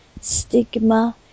stigma